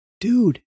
dude